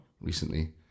Recently